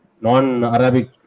non-Arabic